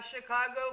Chicago